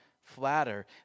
flatter